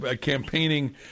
campaigning